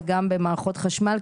וגם במערכות חשמל.